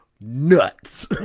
nuts